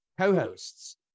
co-hosts